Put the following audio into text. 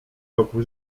roku